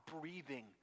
breathing